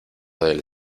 del